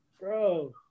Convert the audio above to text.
bro